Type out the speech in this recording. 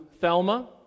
Thelma